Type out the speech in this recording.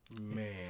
man